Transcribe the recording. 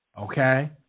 Okay